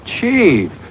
Chief